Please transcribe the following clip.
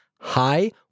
Hi